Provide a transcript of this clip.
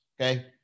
Okay